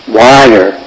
wider